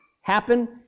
happen